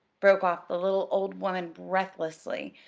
broke off the little old woman breathlessly,